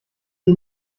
ihn